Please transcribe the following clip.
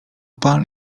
pan